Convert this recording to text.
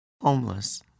homeless